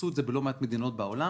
עשו את זה בלא מעט מדינות בעולם.